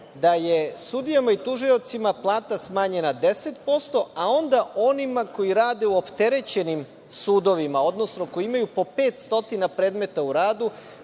da je sudijama i tužiocima plata smanjena 10%, a onda onima koji rade u opterećenim sudovima, odnosno koji imaju po 500 predmeta u radu,